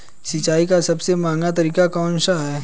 सिंचाई का सबसे महंगा तरीका कौन सा है?